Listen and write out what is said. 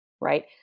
right